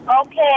Okay